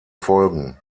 folgen